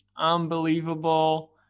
unbelievable